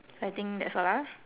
so I think that's all ah